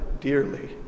dearly